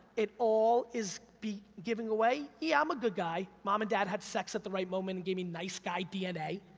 it all is me giving away? yeah, i'm a good guy, mom and dad had sex at the right moment and gave me nice guy dna.